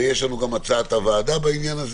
ויש גם הצעת הממשלה בעניין,